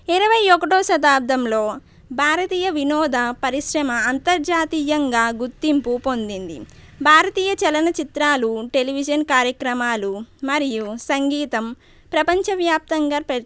ఇరవై ఒకటో శతాబ్దంలో భారతీయ వినోద పరిశ్రమ అంతర్జాతీయంగా గుర్తింపు పొందింది భారతీయ చలనచిత్రాలు టెలివిజన్ కార్యక్రమాలు మరియు సంగీతం ప్రపంచవ్యాప్తంగా పే